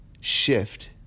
shift